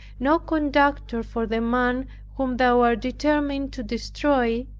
no conductor for the man whom thou art determined to destroy,